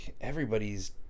everybody's